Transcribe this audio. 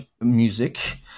music